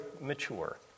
mature